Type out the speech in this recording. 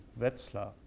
Wetzlar